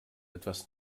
etwas